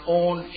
own